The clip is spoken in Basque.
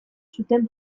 zuten